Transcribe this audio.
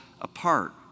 apart